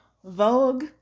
vogue